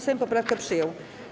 Sejm poprawkę przyjął.